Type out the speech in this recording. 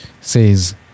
says